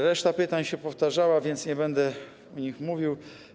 Reszta pytań się powtarzała, więc nie będę o nich mówił.